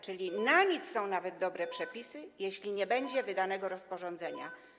Czyli na nic są nawet dobre przepisy, jeśli nie będzie wydanego rozporządzenia.